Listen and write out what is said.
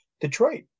Detroit